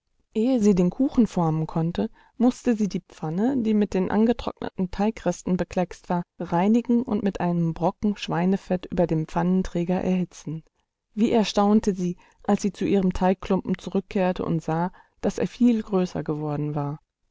ehe sie den kuchen formen konnte mußte sie die pfanne die mit den angetrockneten teigresten bekleckst war reinigen und mit einem brocken schweinefett über dem pfannenträger erhitzen wie erstaunte sie als sie zu ihrem teigklumpen zurückkehrte und sah daß er viel größer geworden war